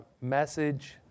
message